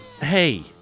hey